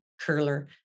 curler